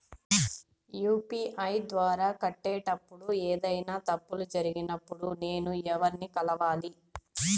UPI ద్వారా కట్టేటప్పుడు ఏదైనా తప్పులు జరిగినప్పుడు నేను ఎవర్ని కలవాలి?